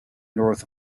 north